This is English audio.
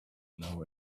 now